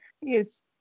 Yes